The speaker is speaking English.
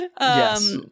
Yes